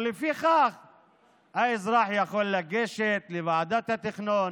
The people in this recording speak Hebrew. ולפי זה האזרח יכול לגשת לוועדת התכנון,